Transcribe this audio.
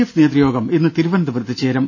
F നേതൃയോഗം ഇന്ന് തിരുവനന്തപുരത്ത് ചേരും